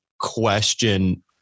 question